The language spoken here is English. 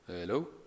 hello